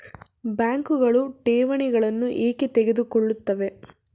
ಬ್ಯಾಂಕುಗಳು ಠೇವಣಿಗಳನ್ನು ಏಕೆ ತೆಗೆದುಕೊಳ್ಳುತ್ತವೆ?